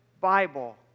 Bible